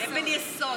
ללא אבן יסוד.